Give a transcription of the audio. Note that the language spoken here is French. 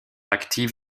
actif